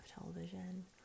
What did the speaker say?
television